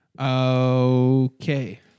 Okay